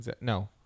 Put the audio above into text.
No